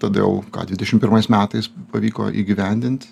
tada jau ką dvidešim pirmais metais pavyko įgyvendint